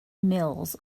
mills